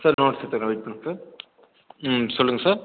sir notes எடுத்துக்கிறேன் wait பண்ணுங்கள் sir ம் சொல்லுங்கள் சார்